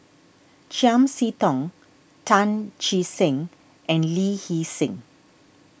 Chiam See Tong Tan Che Sang and Lee Hee Seng